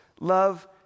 Love